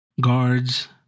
guards